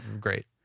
great